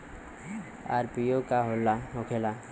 IPO का होखेला?